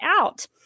out